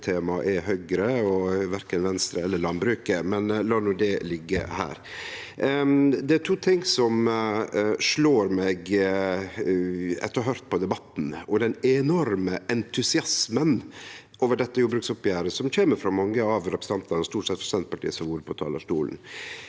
er Høgre, og verken Venstre eller landbruket – men la no det liggje. Det er to ting som slår meg etter å ha høyrt på debatten og den enorme entusiasmen over dette jordbruksoppgjeret som kjem frå mange av representantane – det er stort sett Senterpartiet som har vore på talarstolen.